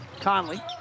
Conley